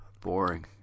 boring